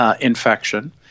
infection